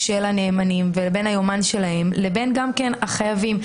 של הנאמנים והיומן שלהם לבין החייבים.